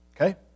Okay